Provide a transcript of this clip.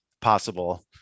possible